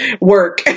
work